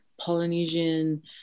Polynesian